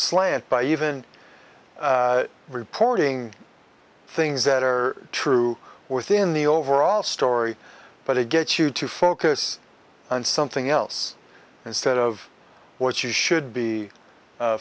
slant by even reporting things that are true within the overall story but it gets you to focus on something else instead of what you should be